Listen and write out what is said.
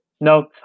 No